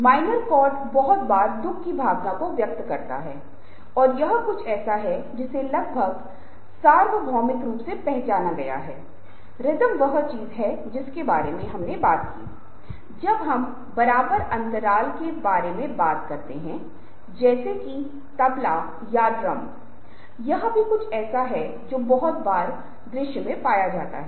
उद्घाटन जहां एक व्यक्ति कोई अंक बनाया हो जहां आप मान सकते की उस अंक तक पहुँच कर आप कोई अतिरिक्त अंक बना सकते है उद्घाटन जहां एक व्यक्ति आ चूका है लेकिन वह आपको रास्ता नहीं दे रहा है आप को खंडन की गुंजाइश होसक्ति है उद्घाटन जहां आप दोस्त बनाना चाहते है उद्घाटन जहा आप दूसरों द्वारा बनाए गए अंकों का विश्लेषण कर रहे है आप ऐसे उद्घाटन को देख रहे है और जब आपको यह मिलजते है तो आप बात करते है